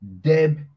Deb